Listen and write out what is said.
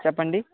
చెప్పండి